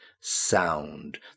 sound